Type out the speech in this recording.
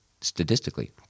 statistically